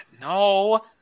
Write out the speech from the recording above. No